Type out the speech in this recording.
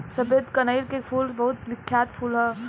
सफेद कनईल के फूल बहुत बिख्यात फूल ह